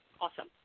awesome